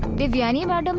devyani um and